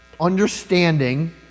Understanding